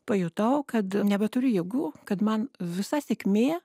pajutau kad nebeturiu jėgų kad man visa sėkmė